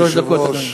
שלוש דקות, אדוני.